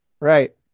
Right